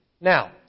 Now